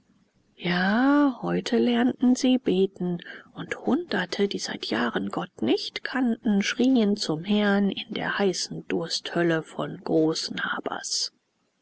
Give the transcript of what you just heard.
ja heute lernten sie beten und hunderte die seit jahren gott nicht kannten schrien zum herrn in der heißen dursthölle von